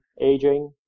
aging